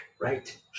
right